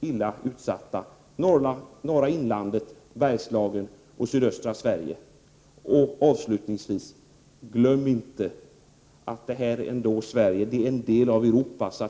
illa utsatta: Norrlands inland, Bergslagen och sydöstra Sverige. Avslutningsvis: Glöm inte att Sverige är en del av Europa!